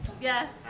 Yes